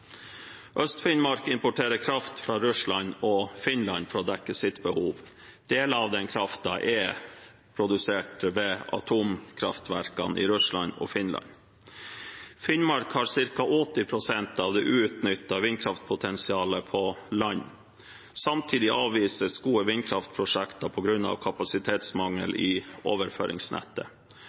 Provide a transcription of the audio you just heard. Øst-Finnmark importerer kraft fra Russland og Finland for å dekke sitt behov. Deler av den kraften er produsert ved atomkraftverkene i Russland og Finland. Finnmark har ca. 80 pst. av det uutnyttede vindkraftpotensialet på land. Samtidig avvises gode vindkraftprosjekter på grunn av kapasitetsmangel i overføringsnettet.